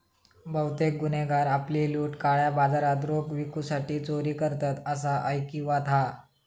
बहुतेक गुन्हेगार आपली लूट काळ्या बाजारात रोख विकूसाठी चोरी करतत, असा ऐकिवात हा